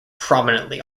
prominently